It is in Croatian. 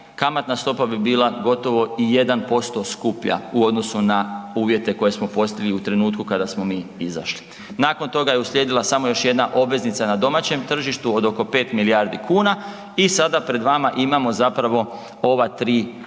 kamatna stopa bi bila gotovo i 1% skuplja u odnosu na uvjete koje smo postavili u trenutku kada smo mi izašli. Nakon toga je uslijedila smo još jedna obveznica na domaćem tržištu od oko 5 milijardi kuna i sada pred vama imamo zapravo ova tri ugovora